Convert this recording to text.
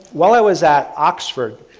while i was at oxford,